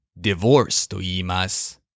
divorceと言います。